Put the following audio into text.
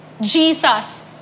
Jesus